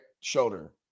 Shoulder